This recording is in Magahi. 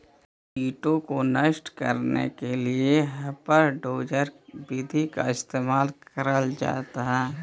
कीटों को नष्ट करने के लिए हापर डोजर विधि का इस्तेमाल करल जा हई